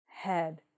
Head